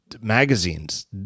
magazines